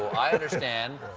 i understand.